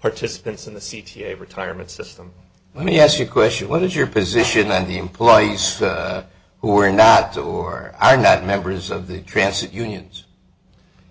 participants in the c t a retirement system let me ask you a question what is your position on the employees who are not or are not members of the transit unions